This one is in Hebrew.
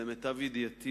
למיטב ידיעתי,